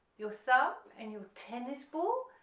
your thumb, and your tennis ball,